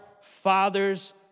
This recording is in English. fathers